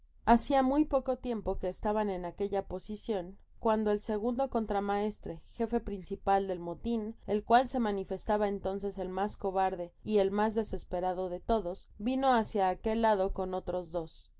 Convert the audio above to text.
hacia muy poco tiempo que estaban en aquella posi cion cuando el segundo contramaestre gefe principal del motin el cual se manifestaba entonces el mas cobarde y el mas desesperado de todos vino hácia aquel lado con otros dos